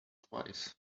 twice